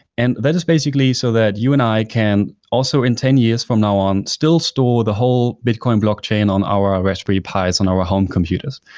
and that is basically so that you and i can also in ten years from now on still store the whole bitcoin blockchain on our our raspberry pis on our home computers.